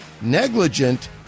Negligent